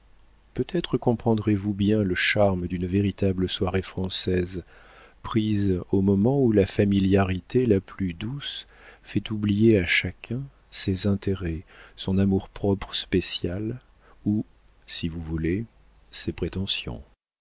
peut-être comprendrez-vous bien le charme d'une véritable soirée française prise au moment où la familiarité la plus douce fait oublier à chacun ses intérêts son amour-propre spécial ou si vous voulez ses prétentions